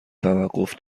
توقف